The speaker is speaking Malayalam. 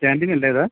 കാൻറിനല്ലേ അത്